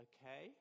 Okay